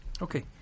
Okay